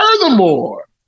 Furthermore